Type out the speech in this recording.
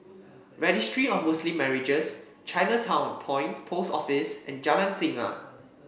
registry of Muslim Marriages Chinatown Point Post Office and Jalan Singa